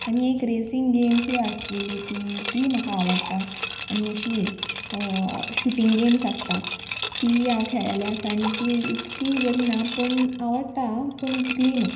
आनी एक रेसींग गेम्सूय आसलेली ती ती म्हाका आवडटा आनी अशी शुटींग गेम्स आसता ती हांव खेळले आसा आनी ती इतकी बरी ना पूण आवडटा पूण तितली न्हू